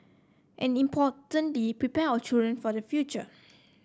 and importantly prepare our children for the future